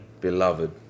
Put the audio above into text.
Beloved